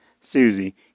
Susie